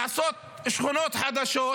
לעשות שכונות חדשות.